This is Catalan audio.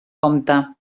compte